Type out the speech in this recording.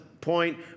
point